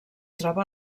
troba